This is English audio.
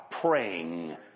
Praying